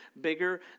bigger